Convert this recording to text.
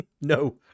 No